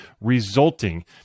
resulting